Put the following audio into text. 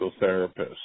therapists